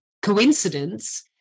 coincidence